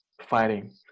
fighting